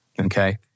okay